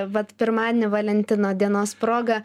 vat pirmadienį valentino dienos proga